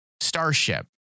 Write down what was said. starship